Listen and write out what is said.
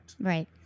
Right